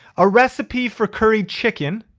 a recipe for curried chicken,